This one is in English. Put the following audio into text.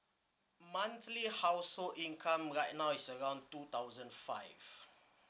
monthly household income right now is around two thousand five